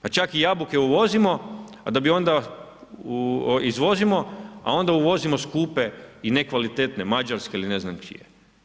Pa čak i jabuke uvozimo da bi onda, izvozimo, a onda uvozimo skupe i nekvalitetne mađarske ili ne znam čije.